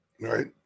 Right